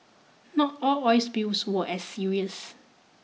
not all oil spills were as serious